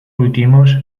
últimos